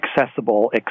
accessible